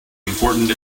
important